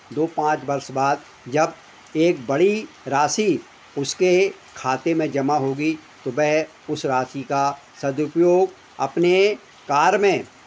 दो पाँच वर्ष बाद जब एक बड़ी राशि उसके खाते में जमा होगी तो वह उस राशि का सदुपयोग अपने कार्य में